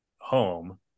home